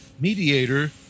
mediator